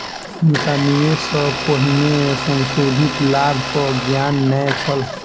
हुनका निवेश सॅ पहिने संशोधित लाभक ज्ञान नै छल